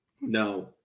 No